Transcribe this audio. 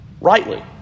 rightly